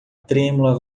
trêmula